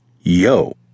yo